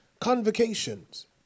convocations